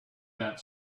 that